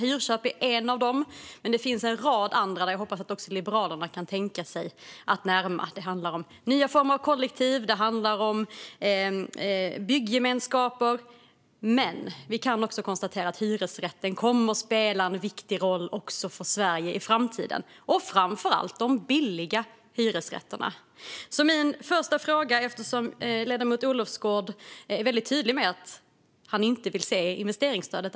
Hyrköp är en av dem, men det finns även en rad andra som jag hoppas att Liberalerna kan tänka sig att närma sig. Det handlar om nya former av kollektiv. Det handlar om byggemenskaper. Men vi kan också konstatera att hyresrätterna kommer att spela en viktig roll för Sverige även i framtiden, framför allt de billiga hyresrätterna. Ledamoten Olofsgård är väldigt tydlig med att han inte vill se investeringsstödet.